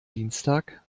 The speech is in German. dienstag